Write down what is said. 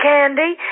Candy